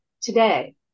today